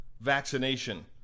vaccination